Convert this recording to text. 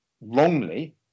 wrongly